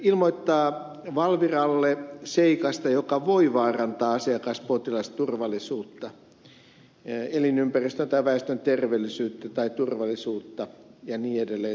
ilmoittaa sille seikasta joka voi vaarantaa asiakas tai potilasturvallisuutta elinympäristön tai väestön terveellisyyttä tai turvallisuutta ja niin edelleen